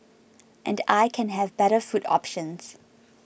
and I can have better food options